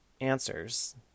answers